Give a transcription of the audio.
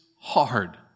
hard